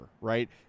Right